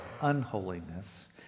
unholiness